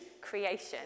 creation